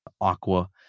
aqua